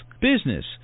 business